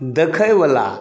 देखयवला